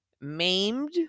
maimed